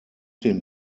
den